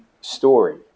story